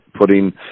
putting –